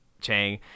Chang